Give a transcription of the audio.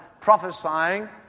prophesying